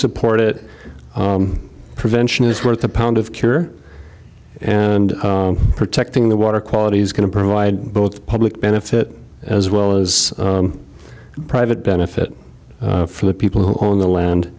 support it prevention is worth a pound of cure and protecting the water quality is going to provide both public benefit as well as private benefit for the people who own the land